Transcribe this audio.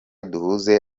duhuze